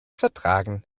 vertragen